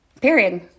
Period